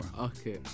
Okay